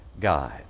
guide